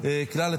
כלל הציבור.